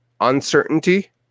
uncertainty